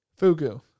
Fugu